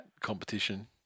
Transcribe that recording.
competition